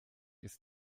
ist